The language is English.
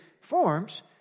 forms